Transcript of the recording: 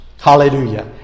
Hallelujah